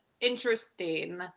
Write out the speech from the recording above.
interesting